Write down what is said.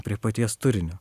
prie paties turinio